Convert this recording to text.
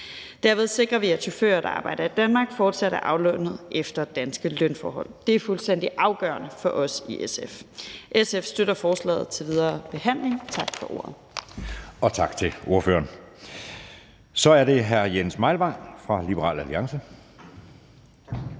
Derved sikrer vi, at chauffører, der arbejder i Danmark, fortsat er aflønnet efter danske lønforhold. Det er fuldstændig afgørende for os i SF. SF støtter forslaget til videre behandling. Tak for ordet. Kl. 11:41 Anden næstformand (Jeppe Søe): Tak til ordføreren. Så er det hr. Jens Meilvang fra Liberal Alliance. Kl.